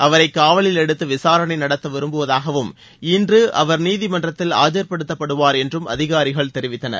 அவரை காவலில் எடுத்து விசாரணை நடத்த விரும்புவதாகவும் இன்று அவர் நீதிமன்றத்தில் ஆஜர்படுத்தப்படுவார் என்றும் அதிகாரிகள் தெரிவித்தனர்